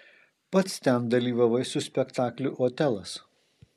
pats ten dalyvavai su spektakliu otelas